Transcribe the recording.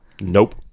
Nope